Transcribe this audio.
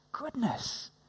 goodness